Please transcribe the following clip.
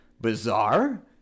bizarre